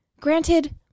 Granted